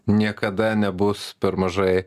niekada nebus per mažai